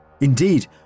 Indeed